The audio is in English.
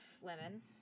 women